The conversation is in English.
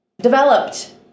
developed